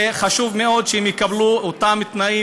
וחשוב מאוד שהם יקבלו אותם תנאים,